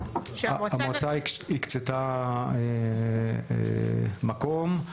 המועצה הקצתה מקום.